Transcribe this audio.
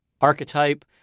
archetype